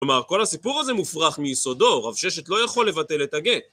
כלומר, כל הסיפור הזה מופרך מיסודו, רב ששת לא יכול לבטל את הגט.